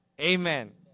Amen